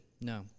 No